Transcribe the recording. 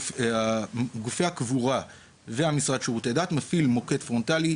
גופי הקבורה והמשרד לשירותי דת מפעילים מוקד פרונטלי,